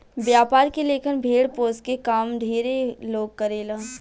व्यापार के लेखन भेड़ पोसके के काम ढेरे लोग करेला